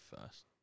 first